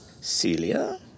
Celia